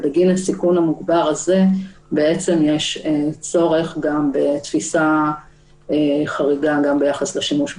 בגלל הסיכון המוגבר הזה בעצם יש צורך בתפיסה חריגה גם ביחס לשימוש בכוח.